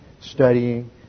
studying